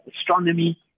astronomy